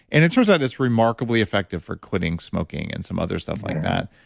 and it turns out it's remarkably effective for quitting smoking and some other stuff like that.